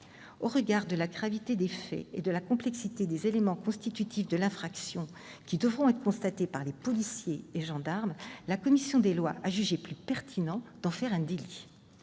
Au regard de la gravité des faits et de la complexité des éléments constitutifs de l'infraction, qui devront être constatés par les policiers et gendarmes, la commission des lois a jugé plus pertinent d'en faire un délit.